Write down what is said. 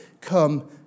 come